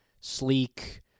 sleek